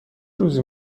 روزی